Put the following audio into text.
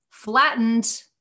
flattened